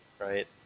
Right